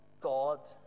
God